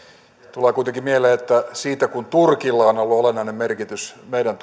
tulee kuitenkin mieleen että siitä kun turkilla on ollut olennainen merkitys meidän